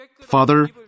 Father